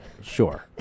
Sure